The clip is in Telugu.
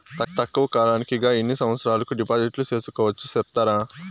తక్కువ కాలానికి గా ఎన్ని సంవత్సరాల కు డిపాజిట్లు సేసుకోవచ్చు సెప్తారా